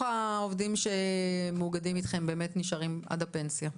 העובדים שמאוגדים אתכם נשארים עד הפנסיה?